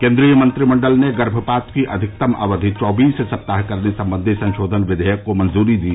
केन्द्रीय मंत्रिमंडल ने गर्भपात की अधिकतम अवधि चौबीस सप्ताह करने संबंधी संशोधन विधेयक को मंजूरी दी